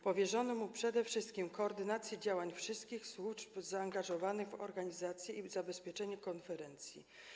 Powierzono mu przede wszystkim koordynację działań wszystkich służb zaangażowanych w organizację i w zabezpieczenie konferencji.